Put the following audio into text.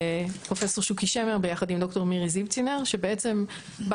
פרופ' שוקי שמר ביחד עם ד"ר מירי זיבצינר שבעצם בא